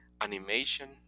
animation